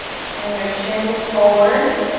send your shins forward.